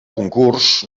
concurs